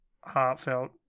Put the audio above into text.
heartfelt